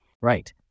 Right